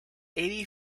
eighty